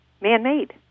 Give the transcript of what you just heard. man-made